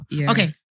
Okay